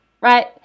right